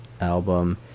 album